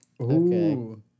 Okay